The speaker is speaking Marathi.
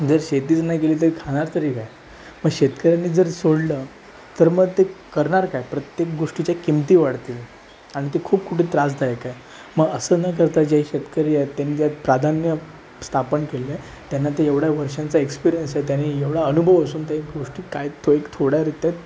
जर शेतीच नाही केली तर खाणार तरी काय मग शेतकऱ्यांनी जर सोडलं तर मग ते करणार काय प्रत्येक गोष्टीच्या किमती वाढतील आणि ते खूप पुढे त्रासदायक आहे मग असं न करता जे शेतकरी आहे त्यांनी त्यात प्राधान्य स्थापन केलं आहे त्यांना ते एवढ्या वर्षांचा एक्सपिरियन्स आहे त्यांनी एवढा अनुभव असून ते गोष्टी काय तो एक थोड्या रित्यात